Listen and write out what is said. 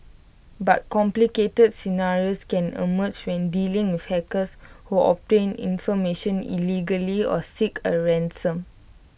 but complicated scenarios can emerge when dealing with hackers who obtain information illegally or seek A ransom